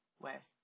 west